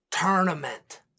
tournament